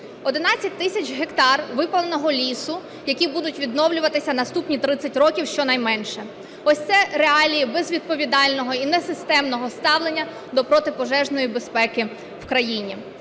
11 тисяч гектар випаленого лісу, які будуть відновлюватися наступні 30 років щонайменше. Ось це реалії безвідповідального і несистемного ставлення до протипожежної безпеки в країні.